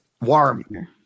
Warm